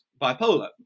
bipolar